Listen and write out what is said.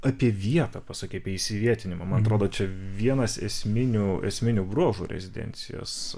apie vietą pasakei apie įsivietinimą man atrodo čia vienas esminių esminių bruožų rezidencijos